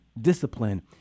discipline